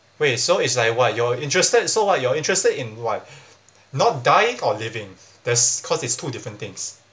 wait so it's like what you're interested so what you are interested in what not dying or living there's cause it's two different things